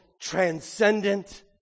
transcendent